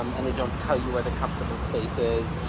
um and they don't tell you where the comfortable space is,